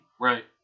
Right